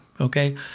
okay